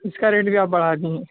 اس کا ریٹ بھی آپ بڑھا دیے